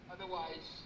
Otherwise